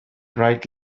bright